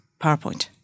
PowerPoint